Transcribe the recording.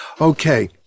Okay